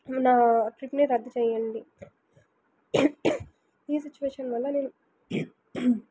నా ట్రిప్ని రద్దు చేయండి ఈ సిచ్చువేషన్ వల్ల నేను